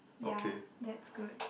ya that's good